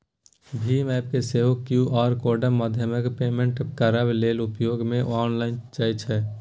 भीम app केँ सेहो Q R कोडक माध्यमेँ पेमेन्ट करबा लेल उपयोग मे आनल जाइ छै